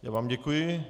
Já vám děkuji.